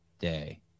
day